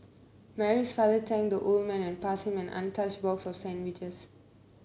Mary's father thanked the old man and passed him an untouched box of sandwiches